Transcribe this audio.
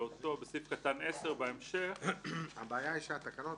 הבעיה שהתקנות